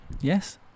Yes